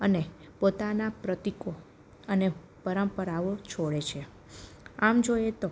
અને પોતાનાં પ્રતીકો અને પરંપરાઓ છોડે છે આમ જોઈએ તો